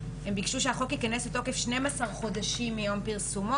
הם ביקשו שהחוק ייכנס לתוקף 12 חודשים מיום פרסומו,